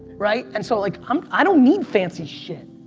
right? and so like, um i don't need fancy shit.